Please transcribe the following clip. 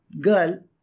girl